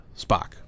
Spock